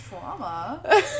trauma